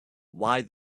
why